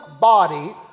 body